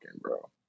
bro